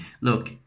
Look